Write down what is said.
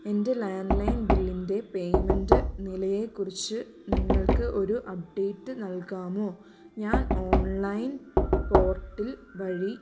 എന്റെ ലാൻലൈൻ ബില്ലിന്റെ പേമെന്റ് നിലയെക്കുറിച്ച് നിങ്ങൾക്ക് ഒരു അപ്ടേറ്റ് നാൽകാമോ ഞാൻ ഓൺലൈൻ പോർട്ടിൽ വഴി